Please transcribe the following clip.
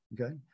okay